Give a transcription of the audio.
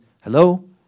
hello